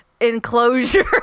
enclosure